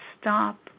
stop